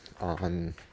on